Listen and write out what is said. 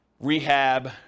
rehab